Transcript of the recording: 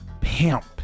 pimp